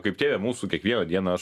kaip tėve mūsų kiekvieną dieną aš